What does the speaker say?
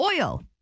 Oil